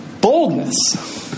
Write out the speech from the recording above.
Boldness